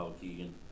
Keegan